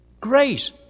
grace